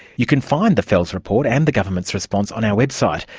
you can find the fels report and the government's response on our website,